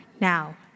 now